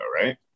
right